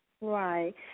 Right